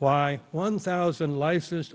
why one thousand li